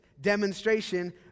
demonstration